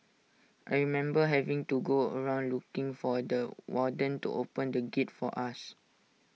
I remember having to go around looking for the warden to open the gate for us